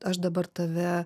aš dabar tave